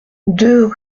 deux